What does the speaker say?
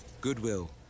Goodwill